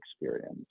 experience